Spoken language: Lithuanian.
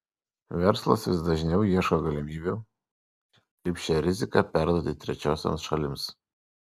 verslas vis dažniau ieško galimybių kaip šią riziką perduoti trečiosioms šalims